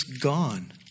gone